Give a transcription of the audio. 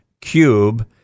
cube